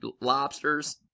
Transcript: lobsters